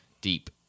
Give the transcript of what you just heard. deep